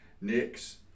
Nick's